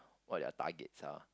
what their targets are